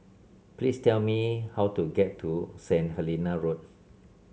please tell me how to get to St Helena Road